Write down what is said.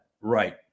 right